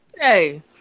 Hey